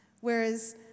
whereas